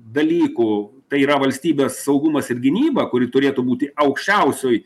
dalykų tai yra valstybės saugumas ir gynyba kuri turėtų būti aukščiausioj